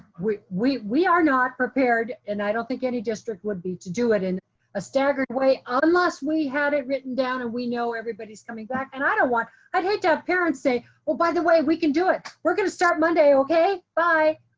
we we are not prepared. and i don't think any district would be to do it in a staggered way ah unless we had it written down and we know everybody's coming back and i don't want, i'd hate to have parents say, well, by the way we can do it. we're gonna start monday, okay bye.